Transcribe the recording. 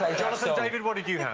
jonathan, david, what did you